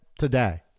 Today